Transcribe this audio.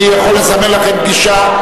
אני יכול לזמן לכם פגישה.